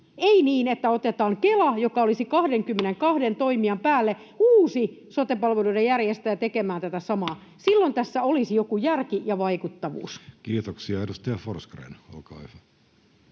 ei niin, että otetaan Kela, joka olisi 22 toimijan päälle uusi sote-palveluiden järjestäjä, tekemään tätä samaa. Silloin tässä olisi joku järki ja vaikuttavuus. Kiitoksia. — Edustaja Forsgrén, olkaa hyvä.